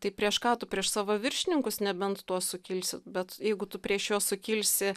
tai prieš ką tu prieš savo viršininkus nebent tuos sukilsi bet jeigu tu prieš juos sukilsi